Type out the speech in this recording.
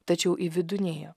tačiau į vidų nėjo